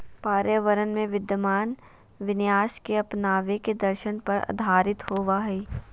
पर्यावरण में विद्यमान विन्यास के अपनावे के दर्शन पर आधारित होबा हइ